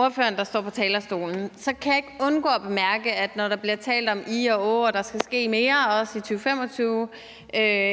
kan jeg ikke undgå at bemærke, at der bliver talt om ih og åh, og at der skal ske mere i 2025